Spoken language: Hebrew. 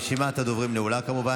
רשימת הדוברים נעולה, כמובן.